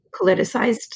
politicized